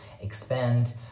expand